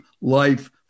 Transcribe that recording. life